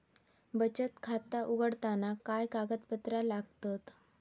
बचत खाता उघडताना काय कागदपत्रा लागतत?